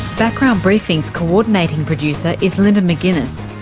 background briefing's coordinating producer is linda mcginness,